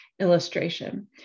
illustration